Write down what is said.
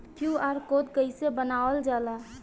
QR code कइसे बनवाल जाला?